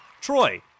Troy